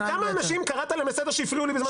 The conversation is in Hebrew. אנשים קראת להם לסדר שהפריעו לי בזמן שדיברתי?